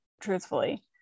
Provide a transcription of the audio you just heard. truthfully